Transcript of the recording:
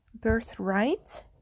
birthright